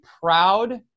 proud